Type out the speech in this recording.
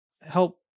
help